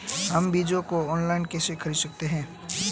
हम बीजों को ऑनलाइन कैसे खरीद सकते हैं?